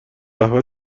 قهوه